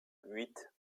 huit